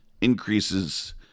increases